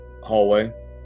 hallway